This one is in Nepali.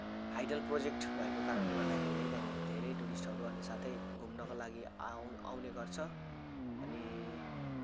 हाइडल प्रोजेक्ट भएको कारणले गर्दाखेरि है त्यहाँनिर धेरै टुरिस्टहरू अनि साथै घुम्नको लागि आउने गर्छ अनि